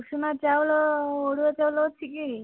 ଉଷୁନା ଚାଉଳ ଅରୁଆ ଚାଉଳ ଅଛି କି